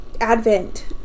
Advent